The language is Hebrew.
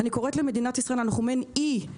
אני קוראת למדינת ישראל אנחנו מעין אי.